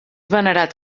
venerat